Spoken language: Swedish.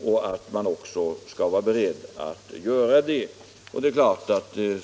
Jag tror man också är beredd på detta.